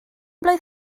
blwydd